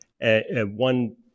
one